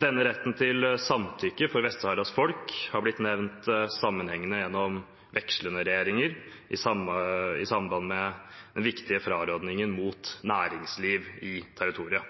Denne retten til samtykke for Vest-Saharas folk har blitt nevnt sammenhengende, gjennom vekslende regjeringer, i samband med den viktige frarådingen mot næringsliv i territoriet.